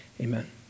Amen